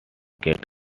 get